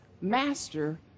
master